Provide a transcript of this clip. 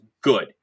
good